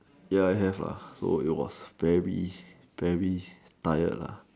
ya have lah it was it was very very tired lah